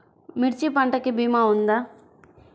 మిర్చి పంటకి భీమా ఉందా?